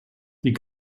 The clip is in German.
die